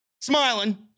Smiling